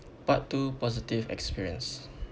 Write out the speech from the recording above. part two positive experience